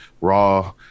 Raw